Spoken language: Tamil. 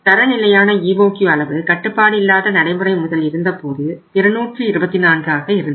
தர நிலையான EOQ அளவு கட்டுப்பாடில்லாத நடைமுறை முதல் இருந்தபோது 224 ஆக இருந்தது